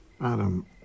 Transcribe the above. Adam